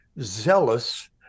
zealous